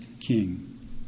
king